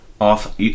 off